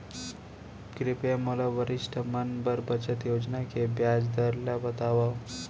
कृपया मोला वरिष्ठ मन बर बचत योजना के ब्याज दर ला बतावव